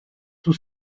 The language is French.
tout